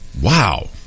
Wow